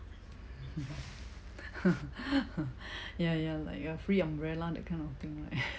ya ya like a free umbrella that kind of thing right